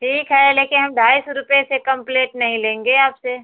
ठीक है लेकिन हम ढाई सौ रुपए से कम प्लेट नहीं लेंगे आपसे